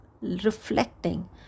reflecting